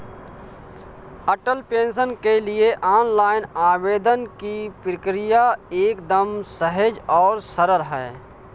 अटल pension के लिए online आवेदन की प्रक्रिया एकदम सहज और सरल है